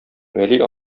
вәли